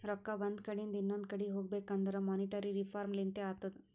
ರೊಕ್ಕಾ ಒಂದ್ ಕಡಿಂದ್ ಇನೊಂದು ಕಡಿ ಹೋಗ್ಬೇಕಂದುರ್ ಮೋನಿಟರಿ ರಿಫಾರ್ಮ್ ಲಿಂತೆ ಅತ್ತುದ್